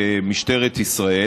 במשטרת ישראל,